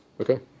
Okay